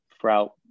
throughout